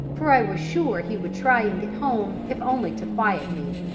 for i was sure he would try and get home, if only to quiet me.